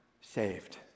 saved